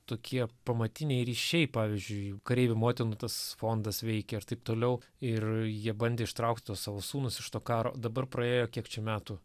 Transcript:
tokie pamatiniai ryšiai pavyzdžiui kareivių motinų tas fondas veikė ir taip toliau ir jie bandė ištraukti tuos savo sūnus iš to karo dabar praėjo kiek čia metų